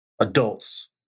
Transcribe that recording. adults